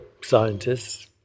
scientists